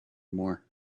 more